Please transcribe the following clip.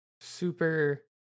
super